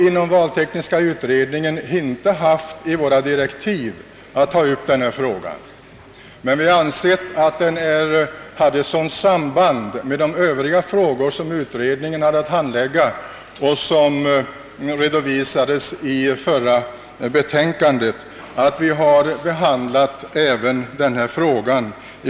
I valtekniska utredningens direktiv ingår inte att ta upp denna fråga, men vi har ansett att den hade ett sådant samband med de övriga frågor som utredningen hade att handlägga och vilka redovisats i senaste betänkandet, att vi i viss utsträckning har behandlat även denna fråga.